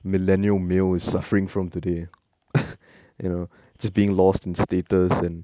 millennial male is suffering from today you know just being lost in status and